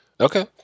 Okay